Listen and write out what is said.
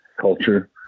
culture